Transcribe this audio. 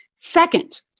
Second